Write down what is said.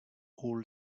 all